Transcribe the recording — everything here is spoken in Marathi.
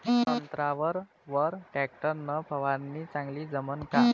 संत्र्यावर वर टॅक्टर न फवारनी चांगली जमन का?